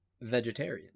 vegetarian